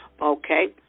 Okay